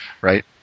right